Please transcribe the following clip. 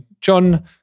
John